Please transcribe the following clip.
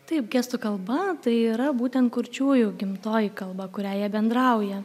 taip gestų kalba tai yra būtent kurčiųjų gimtoji kalba kurią jie bendrauja